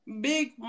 Big